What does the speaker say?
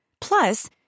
Plus